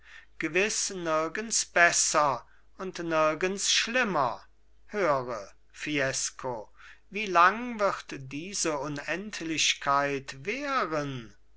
gewiß nirgends besser und nirgends schlimmer höre fiesco wie lang wird diese unendlichkeit währen